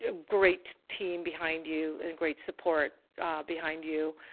ah great team behind you and great support behind you.